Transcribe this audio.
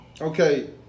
Okay